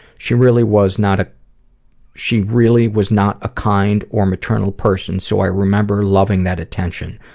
she really was not a she really was not a kind or maternal person, so i remember loving that attention.